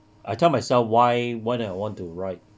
I tell myself why why did I want to write